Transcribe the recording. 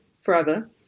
forever